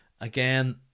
again